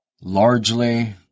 largely